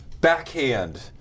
backhand